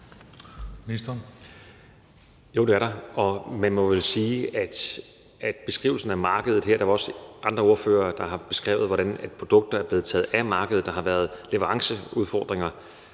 Heunicke): Jo, det er der. I forhold til beskrivelsen af markedet her er der også andre ordførere, der har beskrevet det, nemlig hvordan produkter er blevet taget af markedet. Der har været leveranceudfordringer